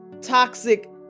toxic